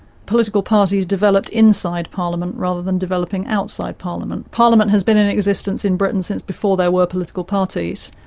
political parties developed inside parliament rather than developing outside parliament. parliament has been in existence in britain since before there were political parties.